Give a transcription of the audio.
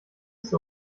ist